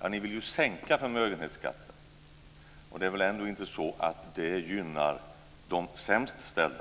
Ja, ni vill ju sänka förmögenhetsskatten, och det är väl inte så att det gynnar de sämst ställda.